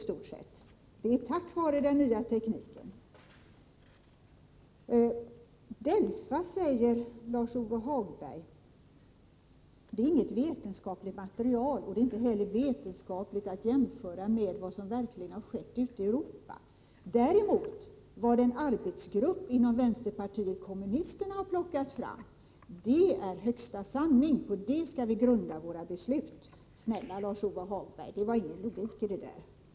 Lars-Ove Hagberg säger att DELFA:s material inte är vetenskapligt grundat och att det inte skulle vara vetenskapligt att jämföra med vad som verkligen skett ute i Europa. Vad en arbetsgrupp inom vpk plockat fram är däremot högsta sanning. På det skall vi grunda våra beslut. Snälla Lars-Ove Hagberg, det är ingen logik i detta.